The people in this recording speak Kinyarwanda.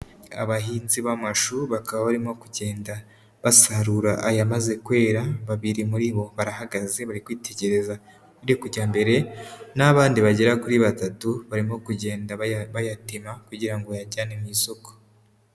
Abahinzi b'amashu bakaba barimo kugenda basarura ayamaze kwera, babiri muri bo barahagaze bari kwitegereza ibiri kujya mbere naho abandi bagera kuri batatu barimo kugenda bayatema kugira ngo bayajyane mu isoko.